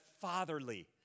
fatherly